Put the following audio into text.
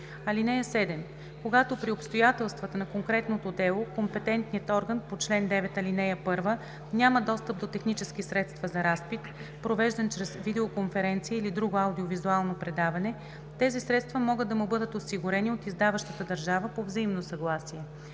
(7) Когато при обстоятелствата на конкретното дело компетентният орган по чл. 9, ал. 1 няма достъп до технически средства за разпит, провеждан чрез видеоконференция или друго аудио-визуално предаване, тези средства могат да му бъдат осигурени от издаващата държава по взаимно съгласие.